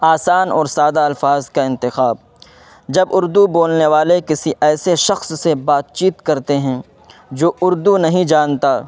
آسان اور سادہ الفاظ کا انتخاب جب اردو بولنے والے کسی ایسے شخص سے بات چیت کرتے ہیں جو اردو نہیں جانتا